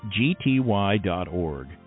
gty.org